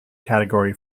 category